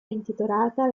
intitolata